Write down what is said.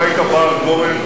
אם היית בא על גורן,